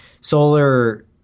solar